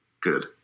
Good